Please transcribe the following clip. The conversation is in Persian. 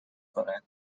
کنند